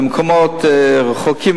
במקומות רחוקים,